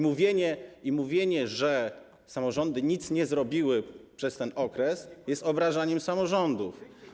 Mówienie, że samorządy nic nie zrobiły przez ten okres, jest obrażaniem samorządów.